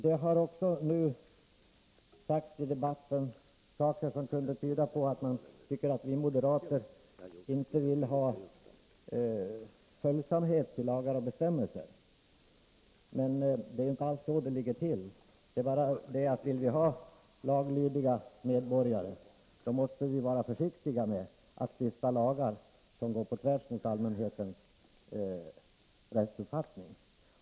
Det har i debatten sagts saker som tyder på att man tycker att vi moderater inte vill ha följsamhet i fråga om lagar och bestämmelser. Det är inte så det ligger till. Men vill man ha laglydiga medborgare, måste man vara försiktig med att stifta lagar, som går på tvärs mot allmänhetens rättsuppfattning.